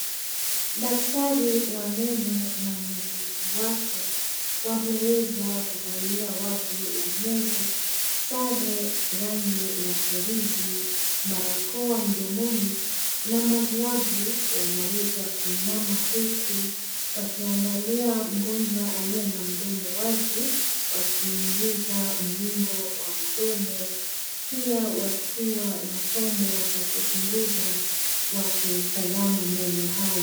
Daktari wa meno na muuguzi wake wameweza kuvalia wavu la nywele, sare rangi la viruzi, barakoa mdomoni na maglovu. Wanaweza kuinama huku wakiangalia mgonjwa aliye na mdomo wazi wakiingiza mgingo wa mdomo pia wakiwa na chombo cha kuchunguza wakitazama meno haya.